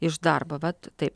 iš darbo vat taip